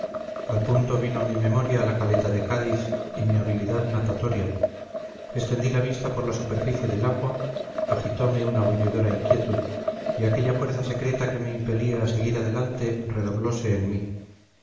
al punto vino a mi memoria la caleta de cádiz y mi habilidad natatoria extendí la vista por la superficie del agua agitome una bullidora inquietud y aquella fuerza secreta que me impelía a seguir adelante redoblose en mí